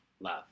love